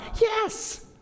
Yes